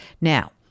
Now